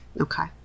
Okay